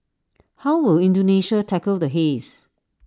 how will Indonesia tackle the haze